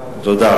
תודה.